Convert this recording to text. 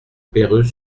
perreux